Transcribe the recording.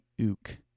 ook